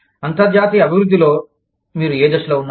అంతర్జాతీయ అభివృద్ధిలో మీరు ఏ దశలో ఉన్నారు